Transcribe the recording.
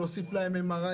להוסיף להם MRI,